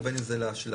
ובין אם זה לאשלג.